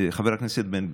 חבר הכנסת בן גביר,